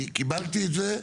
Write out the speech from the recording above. קיבלתי את זה,